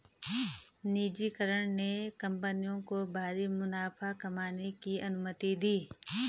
निजीकरण ने कंपनियों को भारी मुनाफा कमाने की अनुमति दी